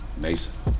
Mason